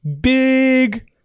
big